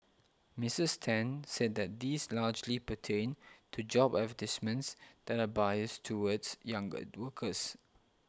Mrs Ten said that these largely pertained to job advertisements that are biased towards younger workers